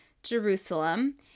Jerusalem